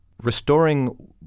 Restoring